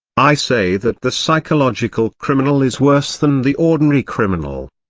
i say that the psychological criminal is worse than the ordinary criminal.